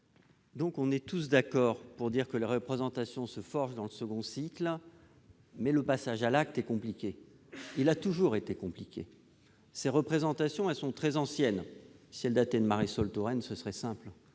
Nous sommes tous d'accord pour dire que les représentations se forgent au cours du deuxième cycle, mais le passage à l'acte est compliqué ; il a toujours été compliqué. Ces représentations sont très anciennes ; si elles dataient du ministère de Marisol Touraine, ce serait simple